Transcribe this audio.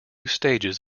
stages